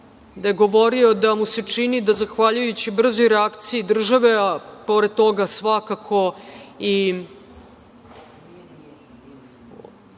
da je govorio da mu se čini da zahvaljujući brzoj reakciji države, a pored toga svakako i